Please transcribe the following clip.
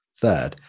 third